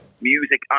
music